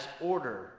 order